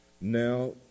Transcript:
Now